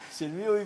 של מי הוא הביא?